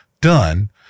done